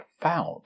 found